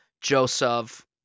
Joseph